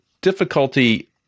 difficulty